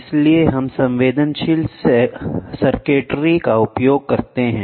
इसलिए हम संवेदनशील सर्किटरी का उपयोग करते हैं